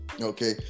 okay